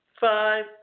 five